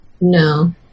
No